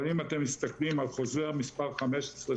אבל אם אתם מסתכלים על חוזר מס' 15,